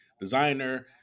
designer